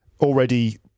already